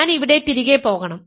ഞാൻ ഇവിടെ തിരികെ പോകണം